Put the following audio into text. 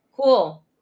Cool